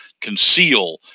conceal